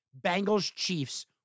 Bengals-Chiefs